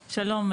שלום,